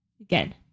Again